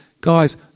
Guys